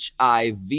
HIV